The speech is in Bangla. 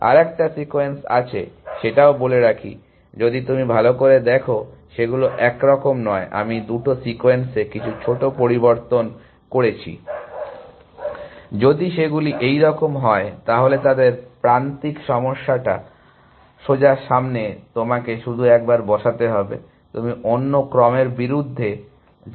আর একটা সিকোয়েন্স আছে সেটাও বলে রাখি যদি তুমি ভালো করে দেখো সেগুলো একরকম নয় আমি দুটো সিকোয়েন্সে কিছু ছোট পরিবর্তন করেছি যদি সেগুলি একই রকম হয় তাহলে প্রান্তিককরণ সমস্যাটা সোজা সামনে তোমাকে শুধু একবার বসাতে হবে তুমি অন্য ক্রমের বিরুদ্ধে যেতে পারো